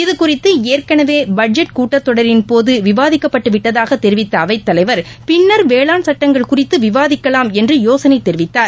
இது குறித்து ஏற்களவே பட்ஜெட் கூட்டத் தொடரின் போது விவாதிக்கப்பட்டு விட்டதாக தெரிவித்த அவைத் தலைவர் பின்னர் வேளாண் சட்டங்கள் குறித்து விவாதிக்கலாம் என்று யோசனை தெரிவித்தார்